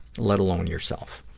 let alone yourself.